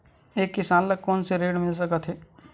एक किसान ल कोन कोन से ऋण मिल सकथे?